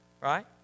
Right